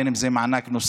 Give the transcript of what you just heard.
בין אם זה מענק נוסף